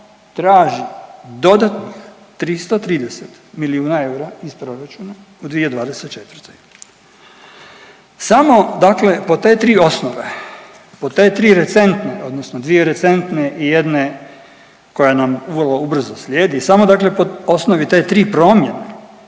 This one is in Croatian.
traži dodatnih 330 milijuna eura iz proračuna u 2024. Samo dakle po te tri osnove, po te tri recentne odnosno dvije recentne i jedne koja nam vrlo ubrzo slijedi samo dakle po osnovi te tri promjene